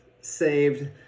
saved